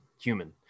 human